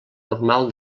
normal